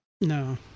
no